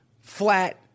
flat